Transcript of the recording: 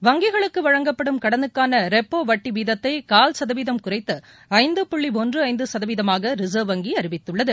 வங்கிகளுக்கு வழங்கப்படும் கடனுக்கான ரெப்ரோ வட்டி வீதத்தை கால் சதவீதம் குறைத்து ஐந்து புள்ளி ஒன்று ஐந்து சதவீதமாக ரிசர்வ் வங்கி அறிவித்துள்ளது